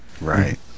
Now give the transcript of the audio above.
Right